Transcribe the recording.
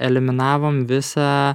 eliminavom visą